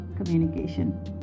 communication